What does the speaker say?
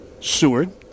Seward